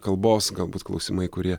kalbos galbūt klausimai kurie